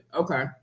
Okay